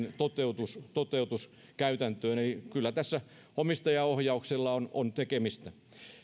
toteutus toteutus käytäntöön kyllä tässä omistajaohjauksella on on tekemistä